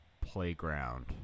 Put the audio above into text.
playground